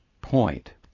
point